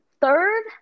third